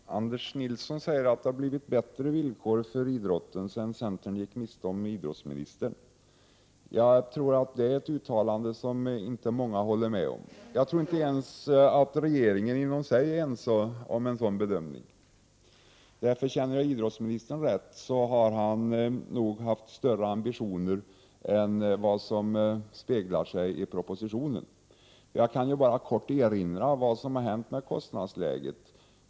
Fru talman! Anders Nilsson säger att det har blivit bättre villkor för idrotten sedan centern gick miste om idrottsministerposten. Jag tror det är ett uttalande som inte många håller med om. Jag tror inte ens att regeringen inom sig är ense om en sådan bedömning. Känner jag idrottsministern rätt, har han nog haft större ambitioner än vad som avspeglar sig i propositionen. Jag kan ju erinra om vad som har hänt med kostnadsläget.